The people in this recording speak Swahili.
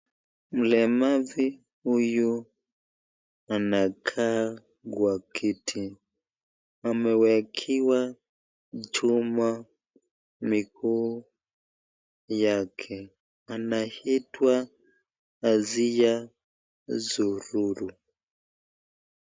Mlemavu huyu anakaa kwa kiti, amewekewa chuma miguu yake anaitwa Asiya Sururu.